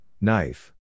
knife